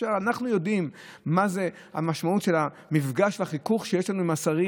אנחנו יודעים מה המשמעות של המפגש והחיכוך שיש לנו עם השרים,